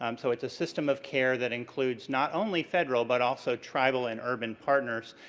um so, it's a system of care that includes not only federal, but also tribal and urban partners.